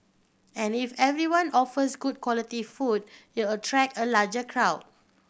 and if everyone offers good quality food it'll attract a larger crowd